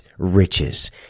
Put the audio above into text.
riches